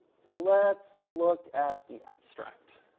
so let's look at the abstract.